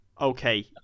Okay